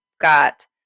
got